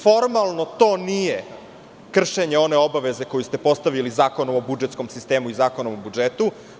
Formalno, to nije kršenje one obaveze koju ste postavili Zakonom o budžetskom sistemu i Zakonom o budžetu.